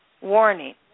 Warning